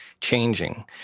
changing